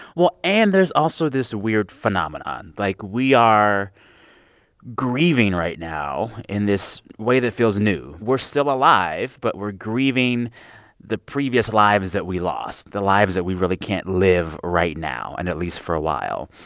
well, and there's also this weird phenomenon. like, we are grieving right now in this way that feels new. we're still alive, but we're grieving the previous lives that we lost, the lives that we really can't live right now and at least for a while.